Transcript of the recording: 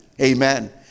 Amen